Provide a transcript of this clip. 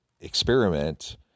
experiment